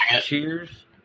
cheers